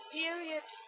period